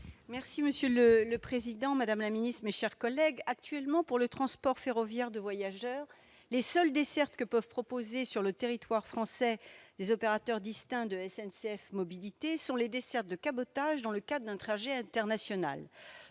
ter La parole est à Mme Laurence Cohen, sur l'article. Actuellement, pour le transport ferroviaire de voyageurs, les seules dessertes que peuvent proposer sur le territoire français les opérateurs distincts de SNCF Mobilités sont les dessertes de « cabotage » dans le cadre d'un trajet international.